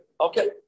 okay